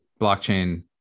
blockchain